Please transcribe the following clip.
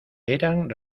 eran